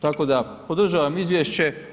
Tako da podržavam izvješće.